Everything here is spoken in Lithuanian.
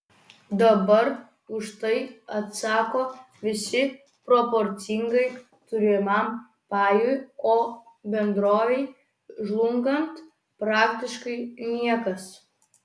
dabar už tai atsako visi proporcingai turimam pajui o bendrovei žlungant praktiškai niekas